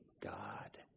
God